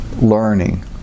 learning